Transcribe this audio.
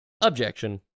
Objection